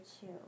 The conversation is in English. two